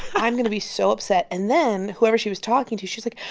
i'm going to be so upset. and then whoever she was talking to she's like,